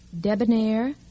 debonair